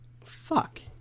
fuck